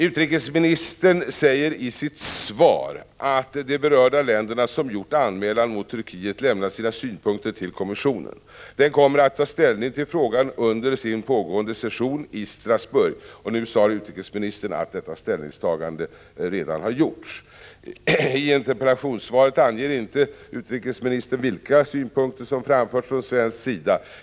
Utrikesministern säger i sitt svar att de berörda länderna, som gjort anmälan mot Turkiet, har lämnat sina synpunkter till kommissionen och att den kommer att ta ställning i frågan under sin pågående session i Strasbourg — nu sade utrikesministern att detta ställningstagande redan har gjorts. I interpellationssvaret anger utrikesministern inte vilka synpunkter som framförts från svensk sida.